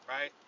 right